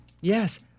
Yes